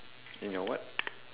in your what